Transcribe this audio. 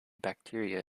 bacteria